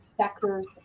sectors